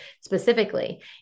specifically